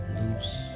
loose